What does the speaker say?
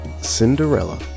Cinderella